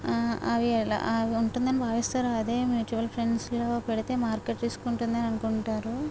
అవి ఎలా అవి ఉంటుందని భావిస్తారు అదే మ్యూచువల్ ఫండ్స్ లో పెడితే మార్కెట్ రిస్క్ ఉంటుంది అని అనుకుంటారు